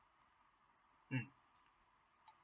mm